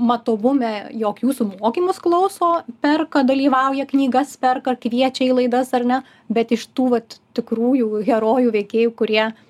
matomume jog jūsų mokymus klauso perka dalyvauja knygas perka kviečia į laidas ar ne bet iš tų vat tikrųjų herojų veikėjų kurie